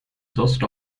just